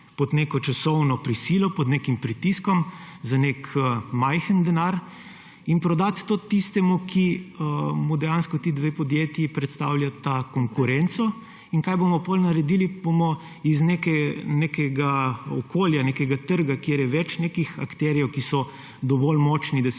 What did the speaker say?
pod neko časovno prisilo, pod nekim pritiskom za nek majhen denar in prodati to tistemu, ki mu dejansko ti dve podjetji predstavljata konkurenco. Kaj bomo potem naredili? Bomo iz nekega okolja, nekega trga, kjer je več nekih akterjev, ki so dovolj močni, da si